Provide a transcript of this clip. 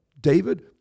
David